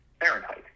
Fahrenheit